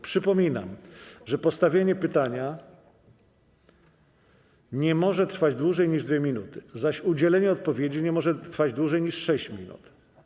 Przypominam, że postawienie pytania nie może trwać dłużej niż 2 minuty, zaś udzielenie odpowiedzi nie może trwać dłużej niż 6 minut.